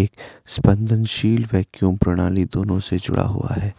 एक स्पंदनशील वैक्यूम प्रणाली दोनों से जुड़ा हुआ है